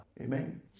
Amen